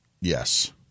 Yes